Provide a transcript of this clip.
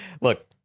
Look